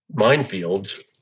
minefields